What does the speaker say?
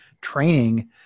training